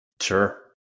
sure